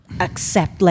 accept